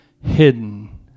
Hidden